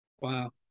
wow